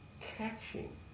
catching